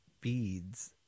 beads